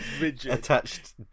attached